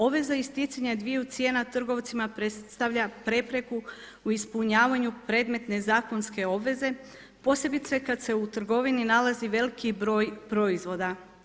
Obveza isticanja dviju cijena trgovcima predstavlja prepreku u ispunjavanju predmetne zakonske obveze posebice kada se u trgovini nalazi veliki broj proizvoda.